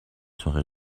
seraient